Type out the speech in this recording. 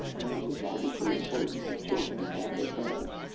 and it's obviously important to children and their parents.